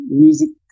music